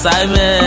Simon